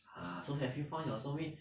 ah so have you found your soulmate